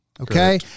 Okay